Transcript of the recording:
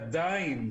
עדיין,